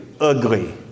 ugly